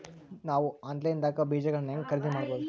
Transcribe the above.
ನಾವು ಆನ್ಲೈನ್ ದಾಗ ಬೇಜಗೊಳ್ನ ಹ್ಯಾಂಗ್ ಖರೇದಿ ಮಾಡಬಹುದು?